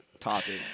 Topic